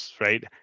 right